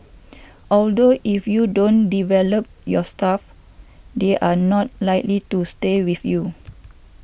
although if you don't develop your staff they are not likely to stay with you